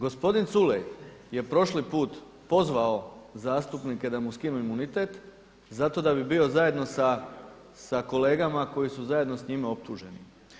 Gospodin Culej je prošli put pozvao zastupnike da mu skinu imunitet zato da bi bio zajedno sa kolegama koji su zajedno sa njime optuženi.